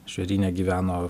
žvėryne gyveno